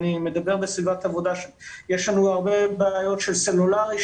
אני מדבר על סביב עבודה בה יש לנו הרבה בעיות של סלולרי,